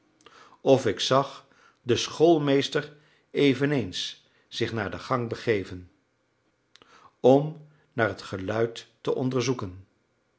of ik zag den schoolmeester eveneens zich naar de gang begeven om naar het geluid te onderzoeken